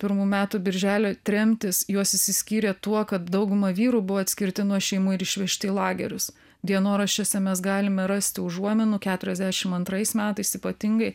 pirmų metų birželio tremtys jos išsiskyrė tuo kad dauguma vyrų buvo atskirti nuo šeimų ir išvežti į lagerius dienoraščiuose mes galime rasti užuominų keturiasdešim antrais metais ypatingai